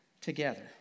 together